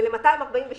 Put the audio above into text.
ול-248